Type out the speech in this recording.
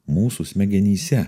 mūsų smegenyse